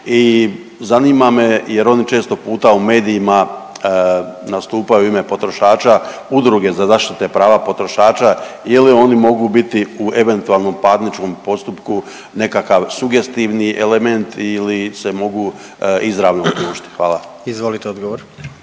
I zanima me, jer oni često puta u medijima nastupaju u ime potrošača, udruge za zaštitu prava potrošača ili oni mogu biti u eventualnom parničnom postupku nekakav sugestivni element ili se mogu izravno uključiti. Hvala. **Jandroković,